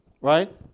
right